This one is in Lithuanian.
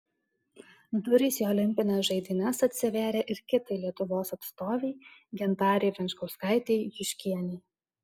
durys į olimpines žaidynes atsivėrė ir kitai lietuvos atstovei gintarei venčkauskaitei juškienei